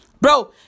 Bro